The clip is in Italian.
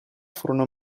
furono